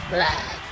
Black